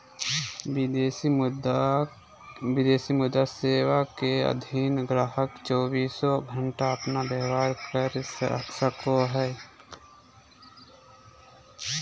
विदेशी मुद्रा सेवा के अधीन गाहक़ चौबीसों घण्टा अपन व्यापार कर सको हय